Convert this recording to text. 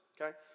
okay